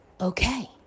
okay